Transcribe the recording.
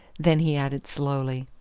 then he added slowly,